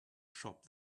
shop